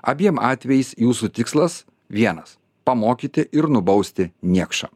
abiem atvejais jūsų tikslas vienas pamokyti ir nubausti niekšą